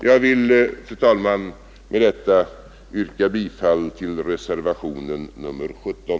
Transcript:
Jag vill, fru talman, med detta yrka bifall till reservationen 17.